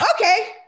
Okay